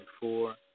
four